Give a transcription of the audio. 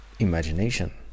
imagination